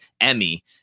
Emmy